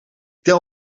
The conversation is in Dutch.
tel